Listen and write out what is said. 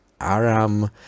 Aram